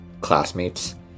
classmates